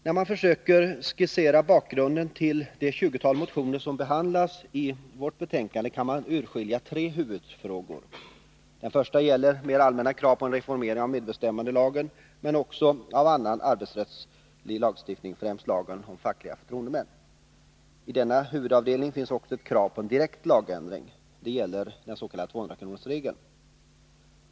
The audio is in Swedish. När man försöker skissera bakgrunden till det tjugotal motioner som behandlas i betänkandet kan man urskilja tre huvudfrågor. Den första gäller mer allmänna krav på en reformering av medbestämmandelagen men också av annan arbetsrättslig lagstiftning, främst lagen om fackliga förtroendemän. I denna huvudavdelning finns också ett krav på en direkt lagändring. Det gäller den s.k. 200-kronorsregeln.